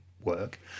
work